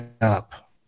up